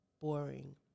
boring